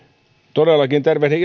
todellakin tervehdin